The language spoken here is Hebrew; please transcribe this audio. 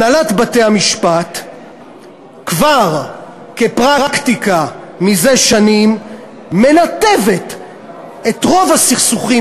הנהלת בתי-המשפט כבר כפרקטיקה מזה שנים מנתבת את רוב הסכסוכים